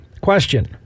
Question